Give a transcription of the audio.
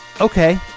okay